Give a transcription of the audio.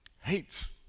hates